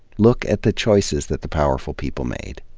look at the choices that the powerful people made.